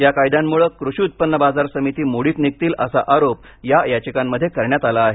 या कायद्यांमुळे कृषी उत्पन्न बाजार समिती मोडीत निघतील असा आरोप या याचिकांमध्ये करण्यात आला आहे